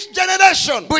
generation